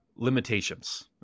Limitations